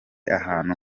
ahantu